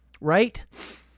right